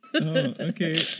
okay